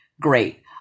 great